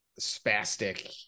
spastic